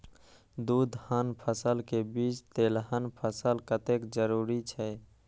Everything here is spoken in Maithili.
दू धान्य फसल के बीच तेलहन फसल कतेक जरूरी छे?